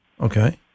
Okay